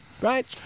right